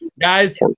Guys